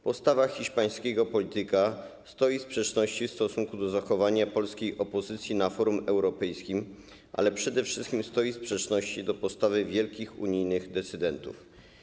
Postawa hiszpańskiego polityka stoi w sprzeczności z zachowaniem polskiej opozycji na forum europejskim, ale przede wszystkim stoi w sprzeczności z postawą wielkich unijnych decydentów.